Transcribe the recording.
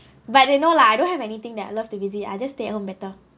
but you know lah I don't have anything that I love to visit I just stay at home better